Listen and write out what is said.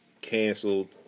canceled